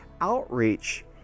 outreach